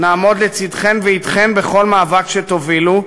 נעמוד לצדכן ואתכן בכל מאבק שתובילו.